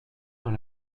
dans